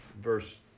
verse